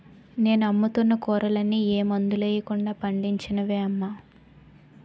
నేను అమ్ముతున్న కూరలన్నీ ఏ మందులెయ్యకుండా పండించినవే అమ్మా